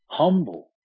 humble